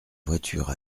voiture